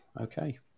Okay